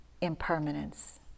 impermanence